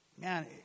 man